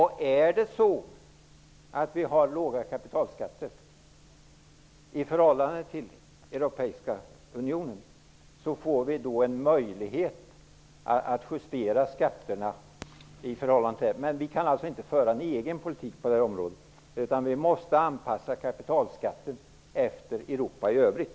Har vi låga kapitalskatter i förhållande till Europeiska unionen, får vi en möjlighet att justera skatterna. Men vi kan inte föra en egen politik på detta område. Vi måste anpassa kapitalskatten till